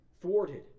thwarted